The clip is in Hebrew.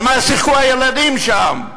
במה שיחקו הילדים שם?